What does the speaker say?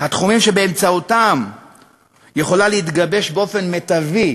התחומים שבאמצעותם יכולות להתגבש באופן מיטבי